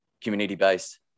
community-based